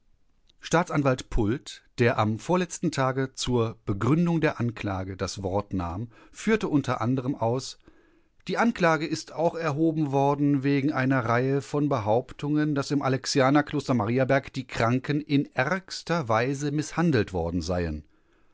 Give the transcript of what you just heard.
staatsanwalt pult der am vorletzten tage zur begründung der anklage das wort nahm führte u a aus die anklage ist auch erhoben worden wegen einer reihe von behauptungen daß im alexianerkloster mariaberg die kranken in ärgster weise mißhandelt worden seien